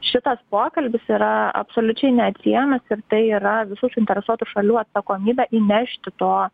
šitas pokalbis yra absoliučiai neatsiejamas ir tai yra visų suinteresuotų šalių atsakomybė įnešti to